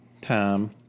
time